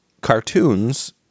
cartoons